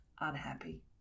unhappy